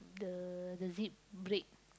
the the zip break